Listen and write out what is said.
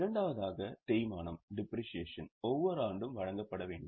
இரண்டாவதாக தேய்மானம் ஒவ்வொரு ஆண்டும் வழங்கப்பட வேண்டும்